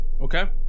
okay